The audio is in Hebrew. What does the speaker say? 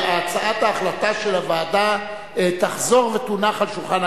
הצעת החלטה של הוועדה תחזור ותונח על שולחן